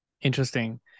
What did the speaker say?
Interesting